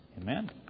Amen